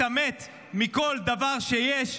השתמט מכל דבר שיש,